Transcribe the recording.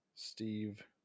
Steve